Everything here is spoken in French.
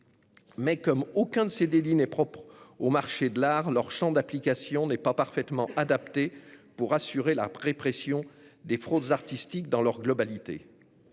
Mais, comme aucun de ces délits n'est propre au marché de l'art, leur champ d'application n'est pas parfaitement adapté pour assurer la répression des fraudes artistiques dans leur globalité.